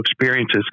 experiences